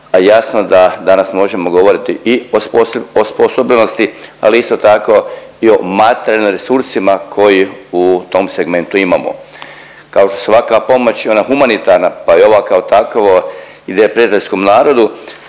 jasno da danas možemo govoriti i o osposobljenosti ali isto tako i o materijalnim resursima koje u tom segmentu imamo. Kao što svaka pomoć i ona humanitarna pa i ova kao takvo ide prijateljskom narodu